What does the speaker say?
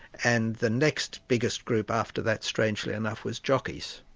and the next biggest group after that, strangely enough, was jockeys.